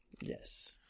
Yes